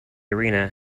arena